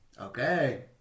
Okay